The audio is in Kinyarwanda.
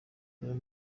hari